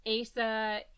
Asa